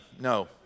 No